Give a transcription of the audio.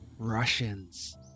Russians